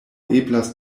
eblas